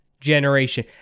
generation